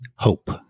hope